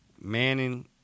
Manning